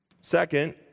Second